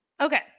Okay